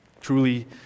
truly